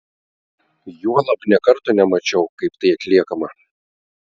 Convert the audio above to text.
juolab nė karto nemačiau kaip tai atliekama